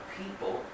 people